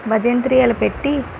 భజంత్రీలు పెట్టి